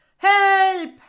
Help